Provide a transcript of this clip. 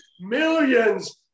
millions